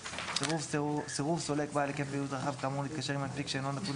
סירוב סולק בעל היקף פעילות רחב כאמור להתקשר עם מנפיק שאינו נתון,